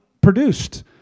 produced